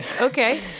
Okay